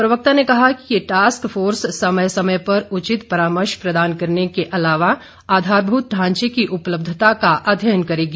प्रवक्ता ने कहा कि ये टास्क फोर्स समय समय पर उचित परामर्श प्रदान करने के अलावा आधारभूत ढांचे की उपलब्धता का अध्ययन करेगी